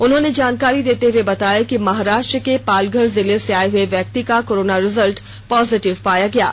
उन्होंने जानकारी देते हुए बताया कि महाराष्ट्र के पालघर जिले से आये हुए व्यक्ति का कोरोना रिजल्ट पोजेटिव पाया गया है